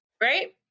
right